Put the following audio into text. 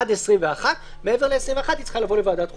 עד 21. מעבר ל-21 היא צריכה לבוא לוועדת חוקה.